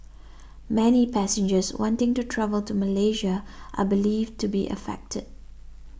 many passengers wanting to travel to Malaysia are believed to be affected